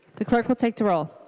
the clerk will take the roll.